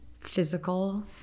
physical